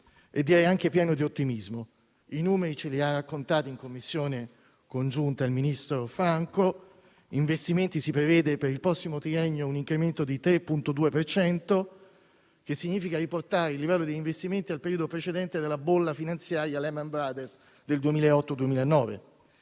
ed è anche pieno di ottimismo. I numeri ce li ha raccontati in sede di Commissioni congiunte il ministro Franco. Negli investimenti si prevede, per il prossimo triennio, un incremento del 3,2 per cento. Ciò significa riportare il livello degli investimenti al periodo precedente alla bolla finanziaria Lehman Brothers del 2008-2009.